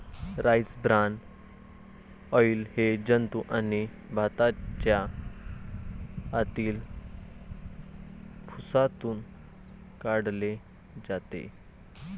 rice bran oil हे जंतू आणि भाताच्या आतील भुसातून काढले जाते